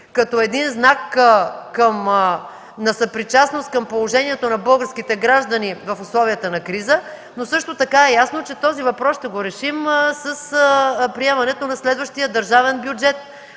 като знак на съпричастност към положението на българските граждани в условията на криза. Също така е ясно, че този въпрос ще го решим с приемането на следващия държавен бюджет,